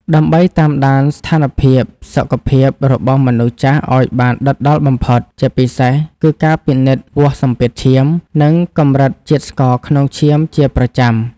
ដើម្បីតាមដានស្ថានភាពសុខភាពរបស់មនុស្សចាស់ឱ្យបានដិតដល់បំផុត ជាពិសេសគឺការពិនិត្យវាស់សម្ពាធឈាម និងកម្រិតជាតិស្ករក្នុងឈាមជាប្រចាំ។